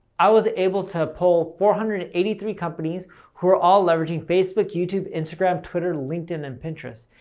i was able to pull four hundred and eighty three companies who were all leveraging facebook, youtube, instagram, twitter, linkedin and pinterest.